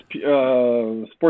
Sports